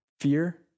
fear